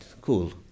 cool